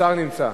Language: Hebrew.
השר נמצא.